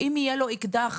אם יהיה לו אקדח,